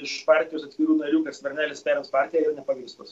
iš partijos atskirų narių kad skvernelis perims partiją yra nepagrįstos